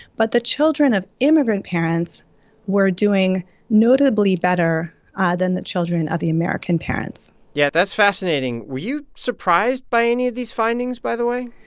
but the children of immigrant parents were doing notably better ah than the children of the american parents yeah, that's fascinating. were you surprised by any of these findings, by the way?